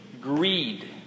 Greed